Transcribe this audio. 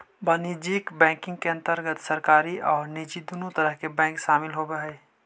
वाणिज्यिक बैंकिंग के अंतर्गत सरकारी आउ निजी दुनों तरह के बैंक शामिल होवऽ हइ